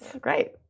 great